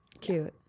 Cute